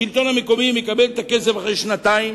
השלטון המקומי מקבל את הכסף אחרי שנתיים,